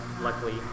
Luckily